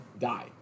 die